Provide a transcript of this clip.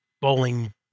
bowling